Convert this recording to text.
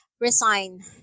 resign